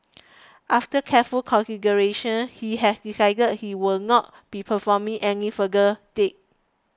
after careful consideration he has decided he will not be performing any further dates